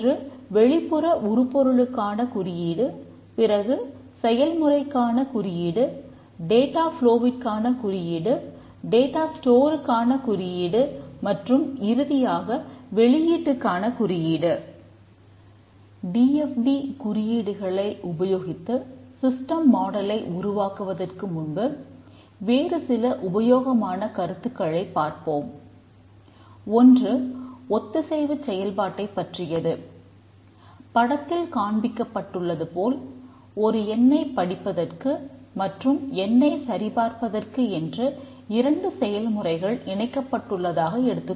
ஒன்று வெளிப்புற உருப்பொருளுக்கான குறியீடு பிறகு செயல் முறைக்கான குறியீடு டேட்டா ஃப்லோவிற்கான குறியீடு மற்றும் இறுதியாக வெளியீட்டுக்கான குறியீடு